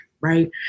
Right